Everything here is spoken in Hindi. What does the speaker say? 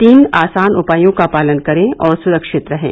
तीन आसान उपायों का पालन करें और सुरक्षित रहें